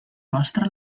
mostra